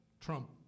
Trump